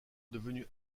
devenu